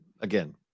again